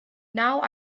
now